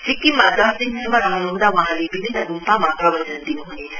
सिक्किममा दश दिनसम्म रहन् हुँदा वहाँले विभिन्न गुम्पामा प्रवचन दिन् हनेछ